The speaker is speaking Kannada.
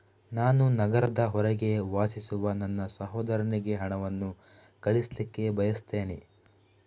ನಾನು ನಗರದ ಹೊರಗೆ ವಾಸಿಸುವ ನನ್ನ ಸಹೋದರನಿಗೆ ಹಣವನ್ನು ಕಳಿಸ್ಲಿಕ್ಕೆ ಬಯಸ್ತೆನೆ